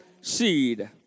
seed